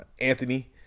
Anthony